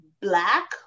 black